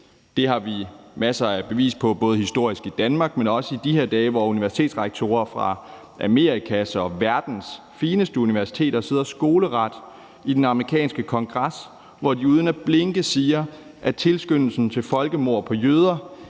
Det har vi masser af beviser på både historisk i Danmark, men også i de her dage, hvor universitetsrektorer fra Amerikas og verdens fineste universiteter står skoleret i den amerikanske kongres, hvor de uden at blinke siger, at tilskyndelse til folkemord på jøder